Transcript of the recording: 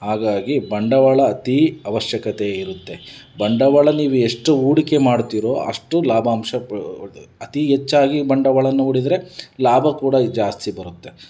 ಹಾಗಾಗಿ ಬಂಡವಾಳ ಅತೀ ಅವಶ್ಯಕತೆ ಇರುತ್ತೆ ಬಂಡವಾಳ ನೀವು ಎಷ್ಟು ಹೂಡಿಕೆ ಮಾಡ್ತೀರೊ ಅಷ್ಟು ಲಾಭಾಂಶ ಅತೀ ಹೆಚ್ಚಾಗಿ ಬಂಡವಾಳನ್ನು ಹೂಡಿದರೆ ಲಾಭ ಕೂಡ ಈ ಜಾಸ್ತಿ ಬರುತ್ತೆ